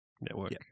network